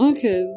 Okay